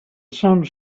some